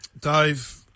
Dave